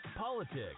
politics